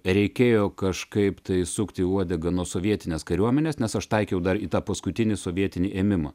reikėjo kažkaip tai sukti uodegą nuo sovietinės kariuomenės nes aš taikiau dar į tą paskutinį sovietinį ėmimą